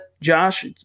Josh